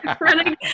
running